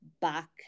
back